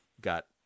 got